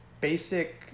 basic